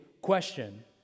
question